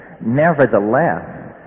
Nevertheless